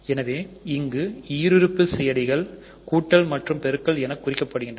எனவேஇங்கு ஈருறுப்பு செயலிகள் மற்றும் என குறிக்கப்படுகின்றன